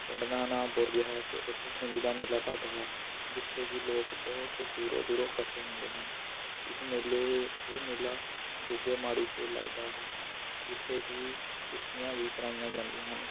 ਪਿੰਡ ਦਾ ਨਾਮ ਬੁਰਜ ਹੈ ਅਤੇ ਉੱਥੇ ਛਿੰਜ ਦਾ ਮੇਲਾ ਭਰਦਾ ਹੈ ਜਿੱਥੇ ਕਿ ਲੋਕ ਬਹੁਤ ਦੂਰੋਂ ਦੂਰੋਂ ਇਕੱਠੇ ਹੁੰਦੇ ਹਨ ਇਸ ਮੇਲੇ ਇਹ ਮੇਲਾ ਗੁੱਗੇ ਮਾੜੀ 'ਤੇ ਲੱਗਦਾ ਹੈ ਜਿੱਥੇ ਕਿ ਕੁਸ਼ਤੀਆਂ ਵੀ ਕਰਾਈਆਂ ਜਾਂਦੀਆਂ ਹਨ